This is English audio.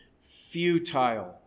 futile